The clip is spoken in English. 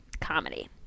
comedy